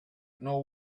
know